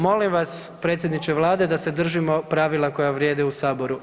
Molim vas predsjedniče Vlade da se držimo pravila koja vrijede u saboru.